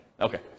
Okay